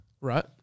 Right